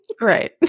Right